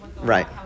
Right